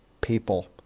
people